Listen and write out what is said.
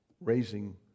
raising